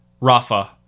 Rafa